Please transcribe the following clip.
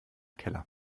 keller